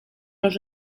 los